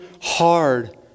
hard